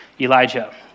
Elijah